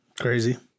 Crazy